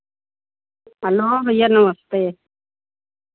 hello भैया नमस्ते